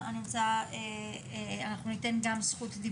אבל מה זה תורני?